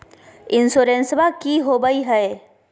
इंसोरेंसबा की होंबई हय?